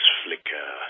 flicker